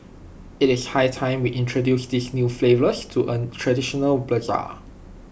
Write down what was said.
IT is high time we introduce these new flavours to A traditional Bazaar